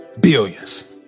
billions